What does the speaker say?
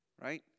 Right